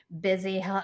busy